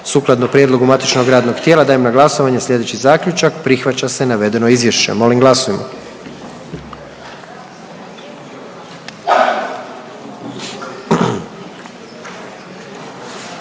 Sukladno prijedlogu saborskih radnih tijela dajem na glasovanje slijedeći Zaključak, prihvaća se navedeno izvješće. Molim glasujmo.